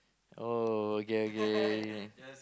oh okay okay